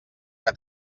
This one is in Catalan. que